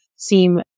seem